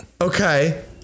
Okay